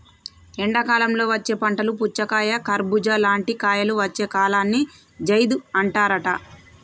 ఎండాకాలంలో వచ్చే పంటలు పుచ్చకాయ కర్బుజా లాంటి కాయలు వచ్చే కాలాన్ని జైద్ అంటారట